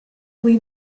lead